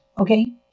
Okay